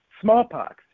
Smallpox